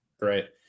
Great